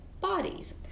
bodies